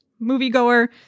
moviegoer